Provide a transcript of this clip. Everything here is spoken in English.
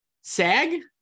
SAG